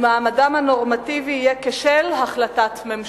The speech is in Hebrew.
ומעמדם הנורמטיבי יהיה כשל החלטת הממשלה.